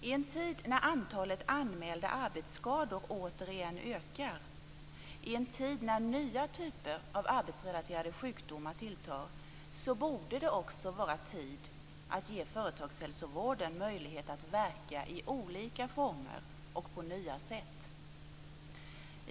I en tid när antalet anmälda arbetsskador återigen ökar, i en tid när nya typer av arbetsrelaterade sjukdomar tilltar, borde det också vara tid att ge företagshälsovården möjlighet att verka i olika former och på nya sätt.